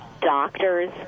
doctors